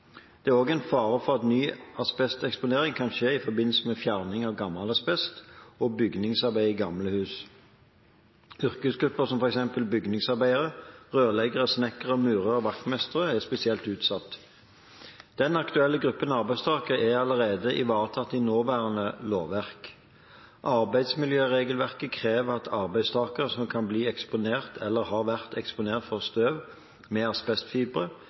Det er også fare for at ny asbesteksponering kan skje i forbindelse med fjerning av gammel asbest og bygningsarbeider i gamle hus. Yrkesgrupper som f.eks. bygningsarbeidere, rørleggere, snekkere, murere og vaktmestere er spesielt utsatt. Den aktuelle gruppen arbeidstakere er allerede ivaretatt i nåværende lovverk. Arbeidsmiljøregelverket krever at arbeidstakere som kan bli eller har vært eksponert for støv med asbestfibre,